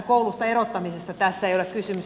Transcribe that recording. koulusta erottamisesta tässä ei ole kysymys